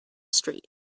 street